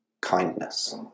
kindness